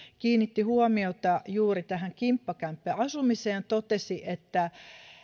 kiinnitti huomiota juuri tähän kimppakämppäasumiseen ja totesi että